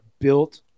built